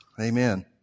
Amen